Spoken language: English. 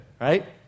right